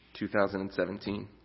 2017